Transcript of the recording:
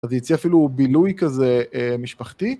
אז יצא אפילו בילוי כזה משפחתי.